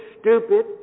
stupid